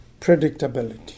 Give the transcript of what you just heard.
predictability